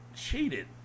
Cheated